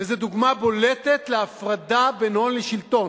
וזו דוגמה בולטת להפרדה בין הון לשלטון: